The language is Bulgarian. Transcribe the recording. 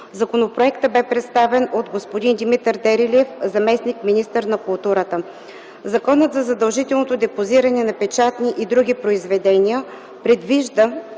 Законопроектът бе представен от господин Димитър Дерелиев – заместник-министър на културата. Законът за задължителното депозиране на печатни и други произведения предвижда